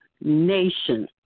nation